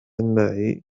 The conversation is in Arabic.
معي